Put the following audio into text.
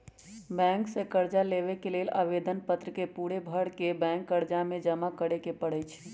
bank से कर्जा लेबे के लेल आवेदन पत्र के पूरे भरके बैंक कर्जालय में जमा करे के परै छै